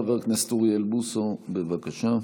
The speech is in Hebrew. חבר הכנסת אוריאל בוסו, בבקשה.